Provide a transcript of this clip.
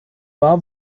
war